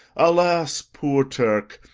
alas, poor turk!